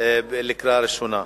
לקריאה ראשונה.